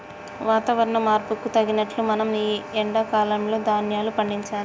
వాతవరణ మార్పుకు తగినట్లు మనం ఈ ఎండా కాలం లో ధ్యాన్యాలు పండించాలి